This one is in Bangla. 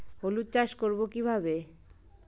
হলুদ চাষ করব কিভাবে?